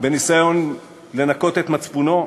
בניסיון לנקות את מצפונו.